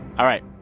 all right.